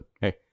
hey